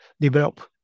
develop